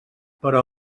però